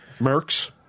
Mercs